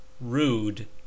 Rude